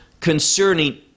concerning